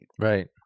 Right